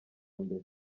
mbere